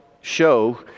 show